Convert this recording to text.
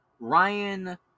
Ryan